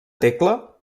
tecla